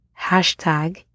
Hashtag